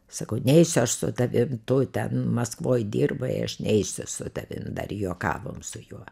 sakau neisiu aš su tavim tu ten maskvoj dirbai aš neisiu su tavim dar juokavom su juo